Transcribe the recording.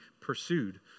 pursued